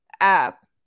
App